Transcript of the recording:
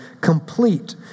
complete